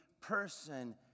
person